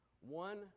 One